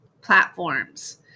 platforms